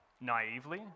Naively